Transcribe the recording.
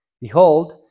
behold